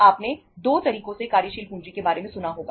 आपने 2 तरीकों से कार्यशील पूंजी के बारे में सुना होगा